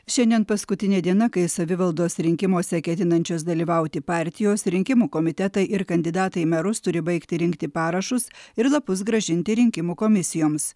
šiandien paskutinė diena kai savivaldos rinkimuose ketinančios dalyvauti partijos rinkimų komitetai ir kandidatai į merus turi baigti rinkti parašus ir lapus grąžinti rinkimų komisijoms